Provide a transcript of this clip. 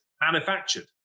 Manufactured